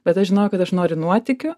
bet aš žinojau kad aš noriu nuotykių